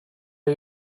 are